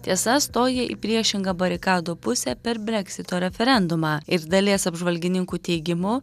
tiesa stoja į priešingą barikadų pusę per breksito referendumą ir dalies apžvalgininkų teigimu